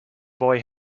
boy